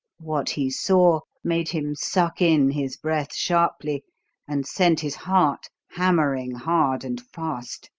what he saw made him suck in his breath sharply and sent his heart hammering hard and fast.